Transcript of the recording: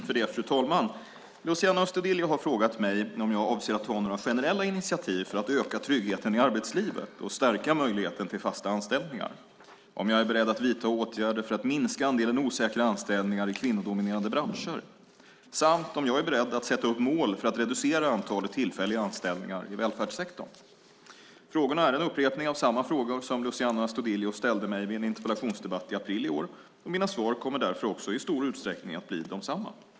Fru talman! Luciano Astudillo har frågat mig om jag avser att ta några generella initiativ för att öka tryggheten i arbetslivet och stärka möjligheten till fasta anställningar, om jag är beredd att vidta åtgärder för att minska andelen osäkra anställningar i kvinnodominerade branscher samt om jag är beredd att sätta upp mål för att reducera antalet tillfälliga anställningar i välfärdssektorn. Frågorna är en upprepning av samma frågor som Luciano Astudillo ställde till mig vid en interpellationsdebatt i april i år och mina svar kommer därför också i stor utsträckning att bli desamma.